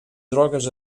drogues